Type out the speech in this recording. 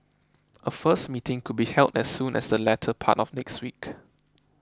a first meeting could be held as soon as the latter part of next week